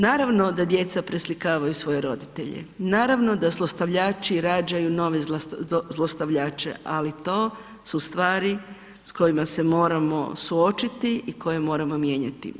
Naravno da djeca preslikavaju svoje roditelje, naravno da zlostavljači rađaju nove zlostavljače, ali to su stvari s kojima se moramo suočiti i koje moramo mijenjati.